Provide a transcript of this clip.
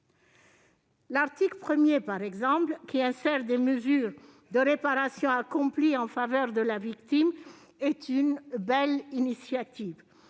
L'article 1, par exemple, qui insère des mesures de réparation accomplies en faveur de la victime, est une belle initiative.